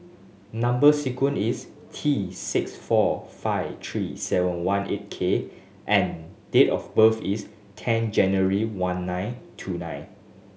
number sequence is T six four five three seven one eight K and date of birth is ten January one nine two nine